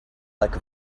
like